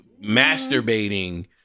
masturbating